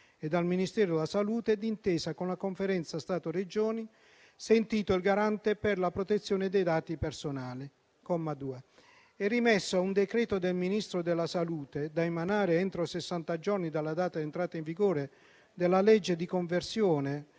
e dal Ministero della salute, d'intesa con la Conferenza Stato-Regioni, sentito il Garante per la protezione dei dati personali. È rimesso a un decreto del Ministro della salute, da emanare entro sessanta giorni dalla data di entrata in vigore della legge di conversione